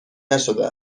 نشده